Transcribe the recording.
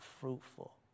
fruitful